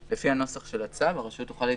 לפי הנוסח של הצו הרשות תוכל להתייחס,